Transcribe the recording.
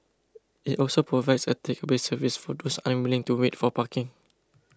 it also provides a takeaway service for those unwilling to wait for parking